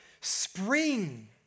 spring